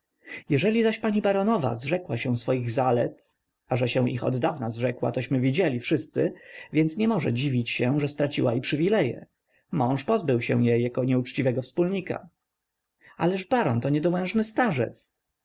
jeżeli zaś pani baronowa zrzekła się swoich zalet a że się ich oddawna zrzekła tośmy widzieli wszyscy więc nie może dziwić się że straciła i przywileje mąż pozbył się jej jako nieuczciwego wspólnika ależ baron to niedołężny starzec